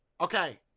Okay